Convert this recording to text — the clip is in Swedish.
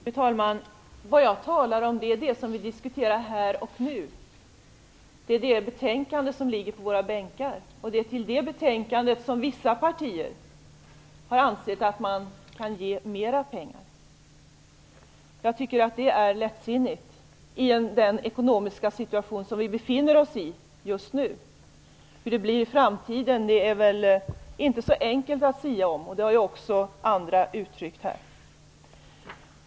Fru talman! Jag talar om det som vi diskuterar här och nu - det betänkande som ligger på våra bänkar. Det är i anslutning till det betänkandet som vissa partier har ansett att man kan ge mera pengar. Jag tycker att det är lättsinnigt - i den ekonomiska situation som vi just nu befinner oss i. Hur det blir i framtiden är kanske inte så enkelt att sia om. Det har även andra talare uttryck här.